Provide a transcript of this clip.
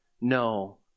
no